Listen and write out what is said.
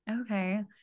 Okay